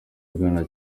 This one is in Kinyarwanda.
magana